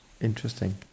Interesting